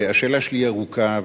השאלה שלי היא ארוכה,